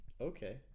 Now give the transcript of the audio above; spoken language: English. Okay